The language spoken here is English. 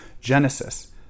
Genesis